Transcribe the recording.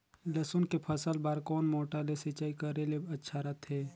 लसुन के फसल बार कोन मोटर ले सिंचाई करे ले अच्छा रथे?